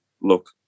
look